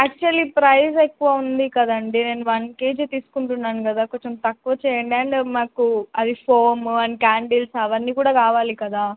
actual price ఎక్కువ ఉంది కదండీ నేను వన్ కేజీ తీసుకుంటున్నాను కదా కొంచెం తక్కువ చేయండి అండ్ మాకు అది ఫోమ్ అండ్ క్యాండిల్స్ అవన్నీ కూడా కావాలి కదా